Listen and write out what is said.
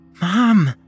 Mom